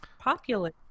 popular